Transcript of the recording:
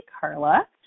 Carla